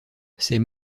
ces